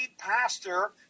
pastor